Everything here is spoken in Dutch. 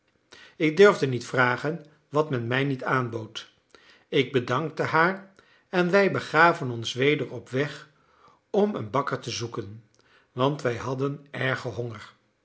ik durfde niet vragen wat men mij niet aanbood ik bedankte haar en wij begaven ons weder op weg om een bakker te zoeken want wij hadden ergen honger